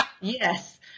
Yes